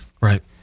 Right